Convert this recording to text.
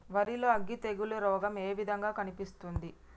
వరి లో అగ్గి తెగులు రోగం ఏ విధంగా కనిపిస్తుంది?